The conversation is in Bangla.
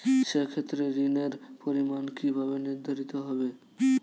সে ক্ষেত্রে ঋণের পরিমাণ কিভাবে নির্ধারিত হবে?